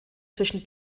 zwischen